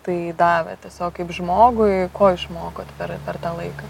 tai davė tiesiog kaip žmogui ko išmokot per per tą laiką